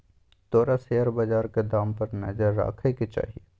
तोरा शेयर बजारक दाम पर नजर राखय केँ चाही